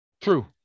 True